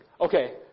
okay